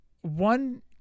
One